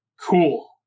cool